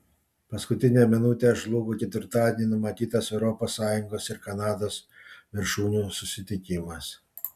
paskutinę minutę žlugo ketvirtadienį numatytas europos sąjungos ir kanados viršūnių susitikimas